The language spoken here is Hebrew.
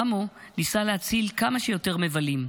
רמו ניסה להציל כמה שיותר מבלים.